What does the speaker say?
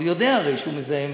הוא הרי יודע שהוא מזהם,